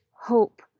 hope